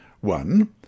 One